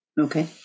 okay